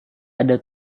ada